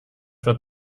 wird